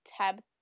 tab